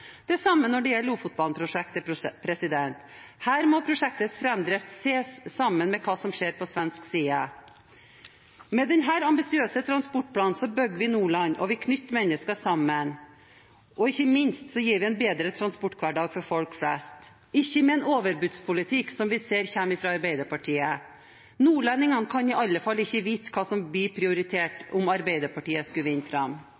Det samme gjelder Ofotbane-prosjektet. Her må prosjektets framdrift ses sammen med hva som skjer på svensk side. Med denne ambisiøse transportplanen bygger vi Nordland og knytter mennesker sammen. Ikke minst gir vi folk flest en bedre transporthverdag, og ikke med en overbudspolitikk, som vi ser kommer fra Arbeiderpartiet. Nordlendingene kan i alle fall ikke vite hva som blir prioritert om Arbeiderpartiet skulle vinne fram.